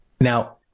Now